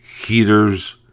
heaters